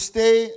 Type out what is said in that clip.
stay